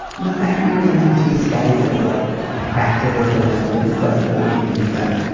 and the fact that you're attempting to disguise it is like practical benevolence doesn't make it any better.